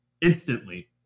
instantly